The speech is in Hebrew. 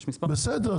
בסדר,